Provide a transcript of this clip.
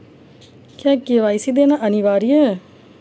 क्या के.वाई.सी देना अनिवार्य है?